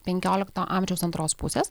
penkiolikto amžiaus antros pusės